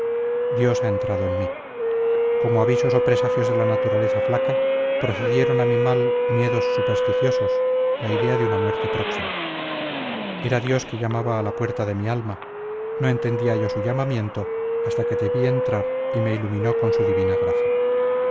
dios ha entrado en mí como avisos o presagios de la naturaleza flaca procedieron a mi mal miedos supersticiosos la idea de una muerte próxima era dios que llamaba a la puerta de mi alma no entendía yo su llamamiento hasta que te vi entrar y me iluminó con su divina gracia